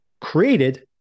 created